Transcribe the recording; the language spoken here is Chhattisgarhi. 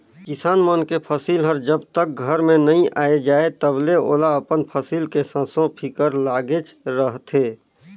किसान मन के फसिल हर जब तक घर में नइ आये जाए तलबे ओला अपन फसिल के संसो फिकर लागेच रहथे